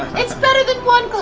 it's better than one,